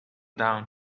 down